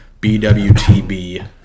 BWTB